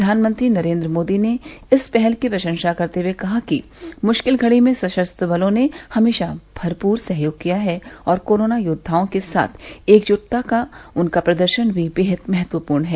प्रधानमंत्री नरेन्द्र मोदी ने इस पहल की प्रशंसा करते हुए कहा कि मुश्किल घड़ी में सशस्त्र बलों ने हमेशा भरप्र सहयोग किया है और कोरोना योद्वाओं के साथ एकजुटता का उनका प्रदर्शन भी बेहद महत्वपूर्ण है